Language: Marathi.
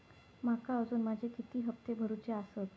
माका अजून माझे किती हप्ते भरूचे आसत?